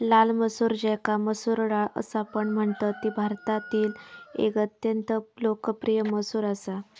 लाल मसूर ज्याका मसूर डाळ असापण म्हणतत ती भारतातील एक अत्यंत लोकप्रिय मसूर असा